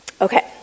Okay